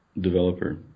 developer